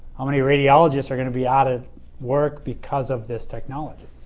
how many radiologists are going to be out of work because of this technology.